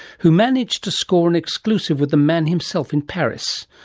who managed to score an exclusive with the man himself in paris.